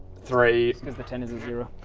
three because the ten is a zero.